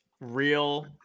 real